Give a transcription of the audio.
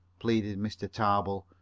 pleaded mr. tarbill,